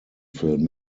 film